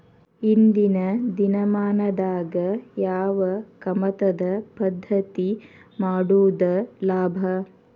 ಇಂದಿನ ದಿನಮಾನದಾಗ ಯಾವ ಕಮತದ ಪದ್ಧತಿ ಮಾಡುದ ಲಾಭ?